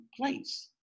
place